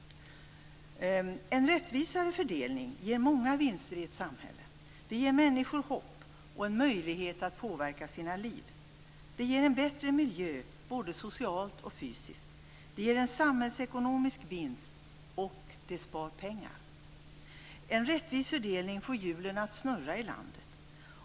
En rättvisare fördelning ger många vinster i ett samhälle. Det ger människor hopp och möjlighet att påverka sina liv. Det ger en bättre miljö både socialt och fysiskt. Det ger en samhällsekonomisk vinst och det sparar pengar. En rättvis fördelning får hjulen att snurra i landet.